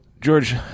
George